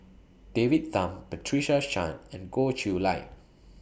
David Tham Patricia Chan and Goh Chiew Lye